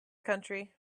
country